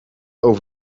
over